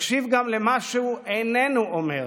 תקשיב גם למה שהוא איננו אומר.